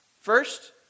First